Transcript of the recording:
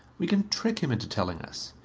we can trick him into telling us.